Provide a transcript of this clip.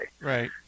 Right